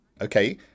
Okay